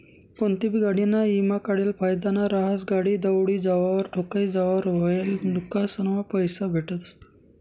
कोनतीबी गाडीना ईमा काढेल फायदाना रहास, गाडी दवडी जावावर, ठोकाई जावावर व्हयेल नुक्सानना पैसा भेटतस